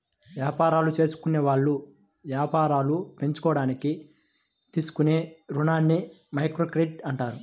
యాపారాలు జేసుకునేవాళ్ళు యాపారాలు పెంచుకోడానికి తీసుకునే రుణాలని మైక్రోక్రెడిట్ అంటారు